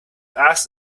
ask